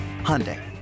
Hyundai